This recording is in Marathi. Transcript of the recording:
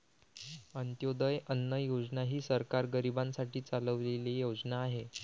अंत्योदय अन्न योजना ही सरकार गरीबांसाठी चालवलेली योजना आहे